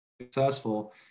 successful